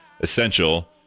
essential